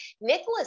nicholas